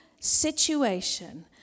situation